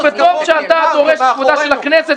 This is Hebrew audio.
אנחנו עבדנו --- וטוב שאתה דורש את כבודה של הכנסת.